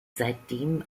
seitdem